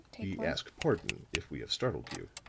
we ask pardon if we have startled you.